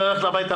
ללכת הביתה,